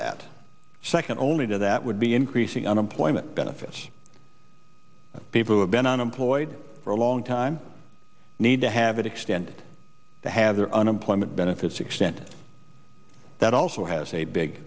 that second only to that would be increasing unemployment benefits people who have been unemployed for a long time need to have it extended to have their unemployment benefits extended that also has a big